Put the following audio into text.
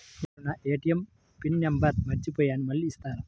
నేను నా ATM PIN number మర్చిపోయాను మళ్ళీ ఇస్తారా?